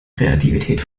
kreativität